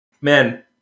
man